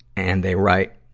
and they write,